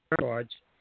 charge